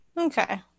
Okay